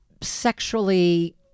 sexually